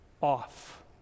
off